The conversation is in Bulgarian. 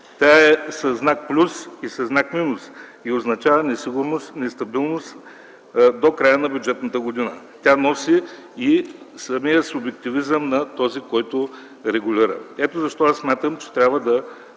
тя е със знак „плюс” и със знак „минус” и означава несигурност, нестабилност до края на бюджетната година. Тя носи и самия субективизъм на този, който регулира. Ето защо аз смятам, че трябва да